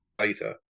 later